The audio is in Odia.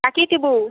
ତାକି ଥିବୁ